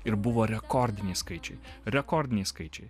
ir buvo rekordiniai skaičiai rekordiniai skaičiai